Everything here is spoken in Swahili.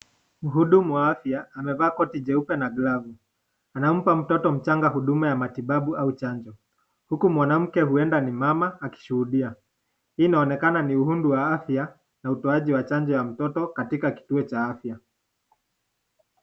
Mhudumu wa afya amefaa koti jeupe na glavu, anampa mtoto mchanga huduma ya matibabu au chanjo, huku mwanamke huenda ni mama akishuhudia hii inaonekana ni [] wa afya na utoaji wa chanjo cha mtoto katika kituo cha afya.